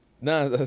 No